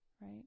Right